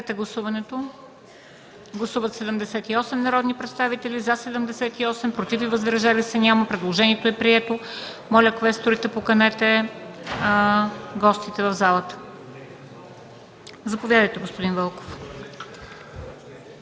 Заповядайте, господин Вълков.